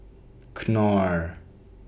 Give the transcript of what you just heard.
Knorr